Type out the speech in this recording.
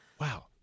Wow